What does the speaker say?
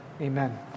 Amen